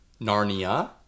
Narnia